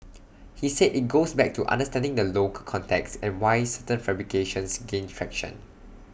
he said IT goes back to understanding the local context and why certain fabrications gain traction